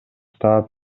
таап